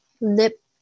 lip